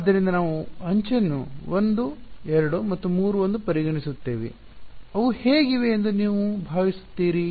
ಆದ್ದರಿಂದ ನಾವು ಅಂಚನ್ನು 1 2 ಮತ್ತು 3 1 ಪರಿಗಣಿಸು ತ್ತೇವೆ ಅವು ಹೇಗಿವೆ ಎಂದು ನೀವು ಭಾವಿಸುತ್ತೀರಿ